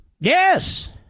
Yes